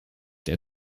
der